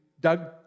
Doug